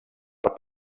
per